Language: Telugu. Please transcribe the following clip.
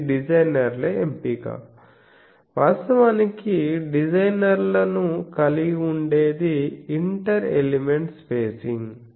ఇది డిజైనర్ల ఎంపిక వాస్తవానికి డిజైనర్లను కలిగి ఉండేది ఇంటర్ ఎలిమెంట్ స్పేసింగ్